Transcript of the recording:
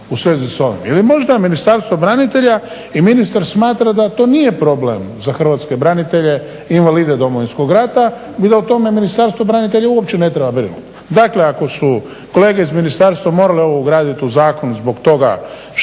u svezi s ovim. Je li možda Ministarstvo branitelja i ministar smatra da to nije problem za hrvatske branitelje, invalide Domovinskog rata ili o tome Ministarstvo branitelja uopće ne treba brinut. Dakle, ako su kolege iz ministarstva morale ovo ugraditi u zakon zbog toga što